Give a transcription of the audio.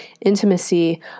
intimacy